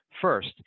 First